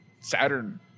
saturn